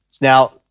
Now